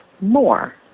more